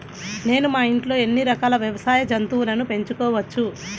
నేను మా ఇంట్లో ఎన్ని రకాల వ్యవసాయ జంతువులను పెంచుకోవచ్చు?